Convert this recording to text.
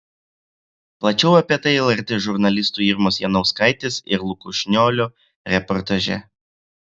plačiau apie tai lrt žurnalistų irmos janauskaitės ir luko šniolio reportaže